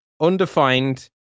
undefined